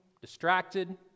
distracted